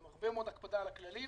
עם הרבה מאוד הקפדה על הכללים,